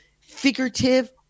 figurative